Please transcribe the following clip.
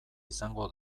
izango